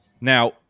Now